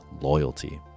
loyalty